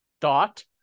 dot